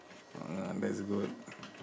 that's good